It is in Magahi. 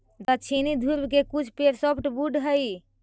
दक्षिणी ध्रुव के कुछ पेड़ सॉफ्टवुड हइ